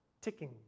ticking